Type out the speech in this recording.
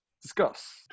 Discuss